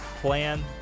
PLAN